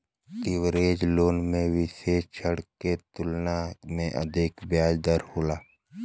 leverage loan में विसेष ऋण के तुलना में अधिक ब्याज दर होला